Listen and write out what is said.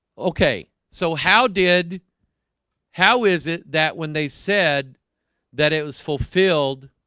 okay. so how did how is it that when they said that it was fulfilled?